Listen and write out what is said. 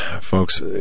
folks